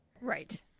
Right